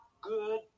good